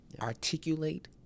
articulate